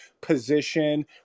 position